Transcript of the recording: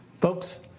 Folks